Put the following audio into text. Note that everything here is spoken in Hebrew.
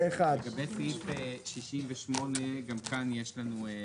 הצבעה סעיף 85(67) אושר לגבי סעיף 68 גם כאן יש לנו חידודים.